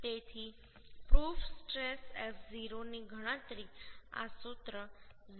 તેથી proof stress f0 ની ગણતરી આ સૂત્ર 0